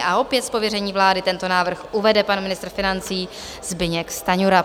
A opět z pověření vlády tento návrh uvede pan ministr financí Zbyněk Stanjura.